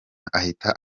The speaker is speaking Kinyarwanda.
ahita